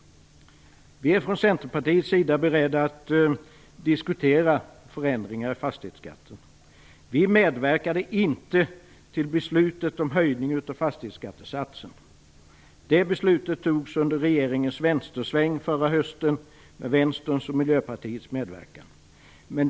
Vi är från Centerpartiets sida beredda att diskutera förändringar i fastighetsskatten. Vi medverkade inte till beslutet om höjningen av fastighetsskattesatsen. Det beslutet fattades under regeringens vänstersväng förra hösten, med Vänsterpartiets och Miljöpartiets medverkan.